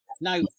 now